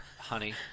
honey